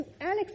Alex